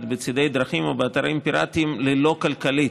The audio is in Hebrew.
בצידי דרכים או באתרים פיראטיים ללא כלכלית.